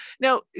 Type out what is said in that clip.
Now